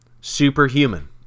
superhuman